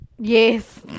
Yes